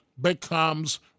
becomes